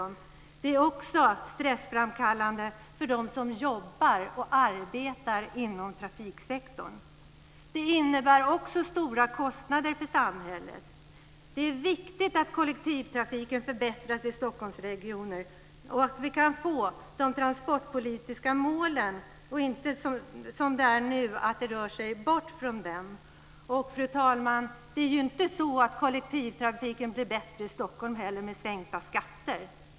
De är också stressframkallande för dem som jobbar inom trafiksektorn. Det innebär också stora kostnader för samhället. Stockholmsregionen och att vi kan uppfylla de transportpolitiska målen och inte som nu att vi rör oss bort från dem. Och kollektivtrafiken blir ju inte bättre i Stockholm om man sänker skatterna.